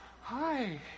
hi